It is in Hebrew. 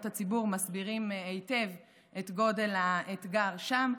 הציבור מסבירים היטב את גודל האתגר שם.